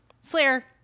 Slayer